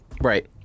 Right